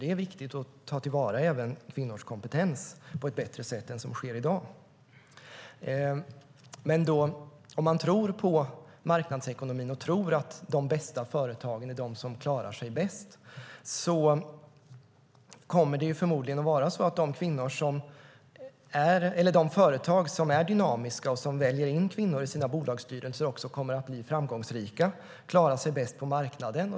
Det är viktigt att ta till vara även kvinnors kompetens på ett bättre sätt än vad som sker i dag. Om man tror på marknadsekonomin och tror att de bästa företagen är de som klarar sig bäst kommer det förmodligen att vara så att de företag som är dynamiska och som väljer in kvinnor i sina bolagsstyrelser också kommer att bli framgångsrika och klara sig bäst på marknaden.